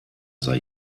sei